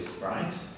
right